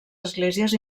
esglésies